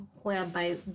whereby